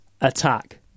attack